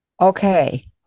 Okay